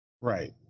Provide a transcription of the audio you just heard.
Right